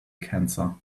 cancer